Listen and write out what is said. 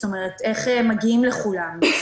זאת אומרת, איך מגיעים לכולם?